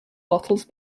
bottles